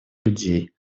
людей